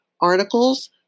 articles